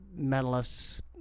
medalists